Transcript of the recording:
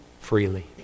freely